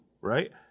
right